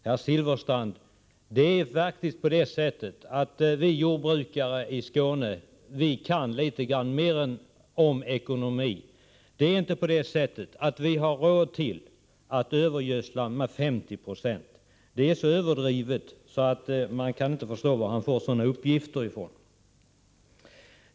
Det är faktiskt på det sättet, herr Silfverstrand, att vi jordbrukare i Skåne kan litet grand också om ekonomi. Vi har inte råd att övergödsla med 50 96. Det är så överdrivet att man inte kan förstå var han får sådana uppgifter ifrån.